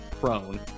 prone